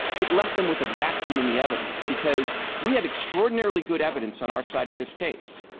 it left them with a vacuum in the evidence, because we had extraordinarily good evidence on our side of this case,